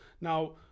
now